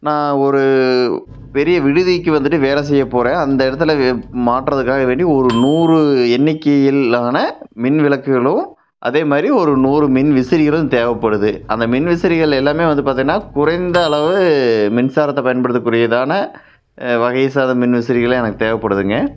நான் ஒரு பெரிய விடுதிக்கு வந்துட்டு வேலை செய்ய போகிறேன் அந்த இடத்துல வே மாட்டுறத்துக்காக வேண்டி ஒரு நூறு எண்ணிக்கையிலான மின் விளக்குகளும் அதே மாதிரி ஒரு நூறு மின் விசிறிகளும் தேவைப்படுது அந்த மின்விசிறிகள் எல்லாமே வந்து பார்த்தன்னா குறைந்த அளவு மின்சாரத்தை பயன்படுத்த கூடியதான வகையை சார்ந்த மின்விசிறிகளும் எனக்கு தேவைப்படுதுங்க